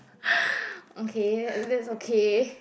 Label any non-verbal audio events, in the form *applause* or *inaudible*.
*laughs* okay that that's okay